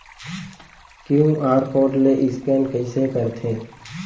QR code ले scan कइसे करथे?